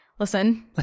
Listen